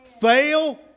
fail